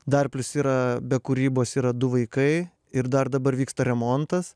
dar plius yra be kūrybos yra du vaikai ir dar dabar vyksta remontas